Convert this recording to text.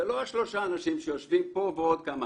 לא שלושת האנשים שיושבים פה ועוד כמה.